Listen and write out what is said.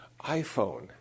iPhone